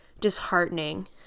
disheartening